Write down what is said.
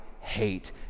hate